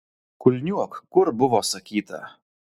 kulniuok kur buvo sakyta